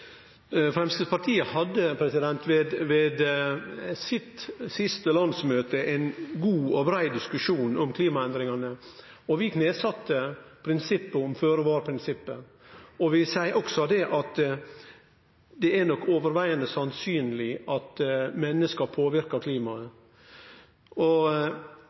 Framstegspartiet hadde på sitt siste landsmøte ein god og brei diskusjon om klimaendringane, og vi knesette føre-var-prinsippet. Vi seier også det at det er mest sannsynleg at menneska påverkar klimaet.